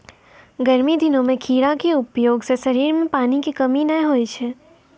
गर्मी दिनों मॅ खीरा के उपयोग सॅ शरीर मॅ पानी के कमी नाय होय छै